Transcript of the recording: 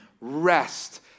Rest